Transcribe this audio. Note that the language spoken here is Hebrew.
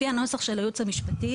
לפי הנוסח של היועץ המשפטי,